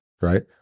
Right